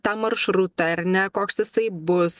tą maršrutą ar ne koks jisai bus